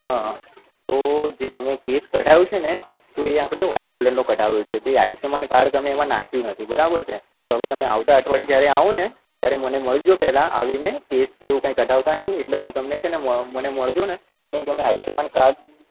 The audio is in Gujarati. હં હં તો જે તમે કેસ કઢાવ્યો છે ને તો એ આપણે હોસ્પિટલનો કઢાવ્યો છે તે એ આયુષ્યમાન કાર્ડ તમે એમાં નાખ્યું નથી બરાબર છે તો હવે તમે આવતાં અઠવાડિયે જ્યારે આવો ને ત્યારે મને મળજો પહેલાં આવીને કેસ કે એવું કંઈ કઢાવતા નહીં એટલે હું તમને છે ને મ મને મળજો ને એટલે હું તમને આયુષ્યમાન કાર્ડ